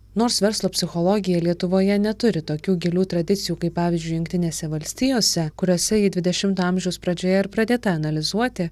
nors verslo psichologija lietuvoje neturi tokių gilių tradicijų kaip pavyzdžiui jungtinėse valstijose kuriose ji dvidešimto amžiaus pradžioje ir pradėta analizuoti